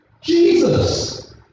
Jesus